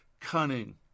cunning